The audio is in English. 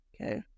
Okay